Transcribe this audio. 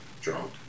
drunk